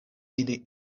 ili